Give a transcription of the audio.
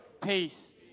peace